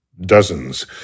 dozens